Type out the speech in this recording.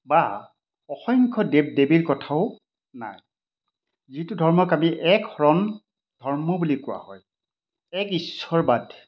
বা অসংখ্য দেৱ দেৱীৰ কথাও নাই যিটো ধৰ্মক আমি এক শৰণ ধৰ্ম বুলি কোৱা হয় এক ঈশ্বৰবাদ